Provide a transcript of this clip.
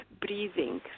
breathing